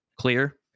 clear